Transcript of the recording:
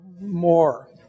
more